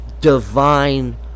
Divine